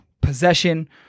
possession